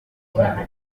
sida